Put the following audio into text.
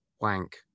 wank